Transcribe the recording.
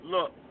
Look